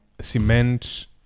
Cement